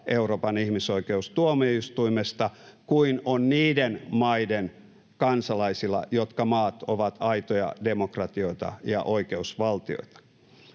Euroopan ihmisoikeustuomioistuimesta kuin on niiden maiden kansalaisilla, jotka ovat aitoja demokratioita ja oikeusvaltioita.